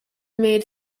made